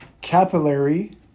capillary